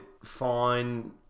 Fine